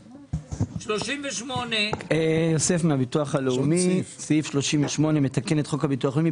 סעיף 38. סעיף 38 מתקן את חוק הביטוח הלאומי.